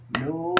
no